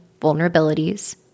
vulnerabilities